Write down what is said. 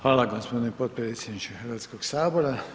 Hvala gospodine potpredsjedniče Hrvatskog sabora.